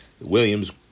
Williams